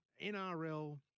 NRL